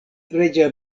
reĝa